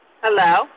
Hello